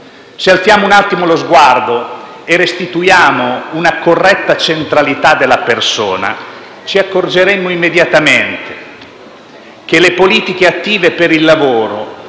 Se alzassimo un attimo lo sguardo e restituissimo una corretta centralità alla persona, ci accorgeremmo immediatamente che le politiche attive per il lavoro